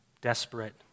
desperate